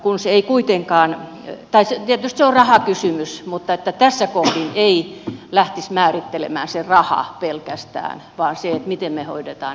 tietysti se on rahakysymys mutta jospa tässä kohdin ei lähtisi määrittelemään se raha pelkästään vaan se miten ne hoidetaan